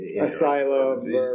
asylum